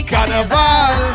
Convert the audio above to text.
Carnival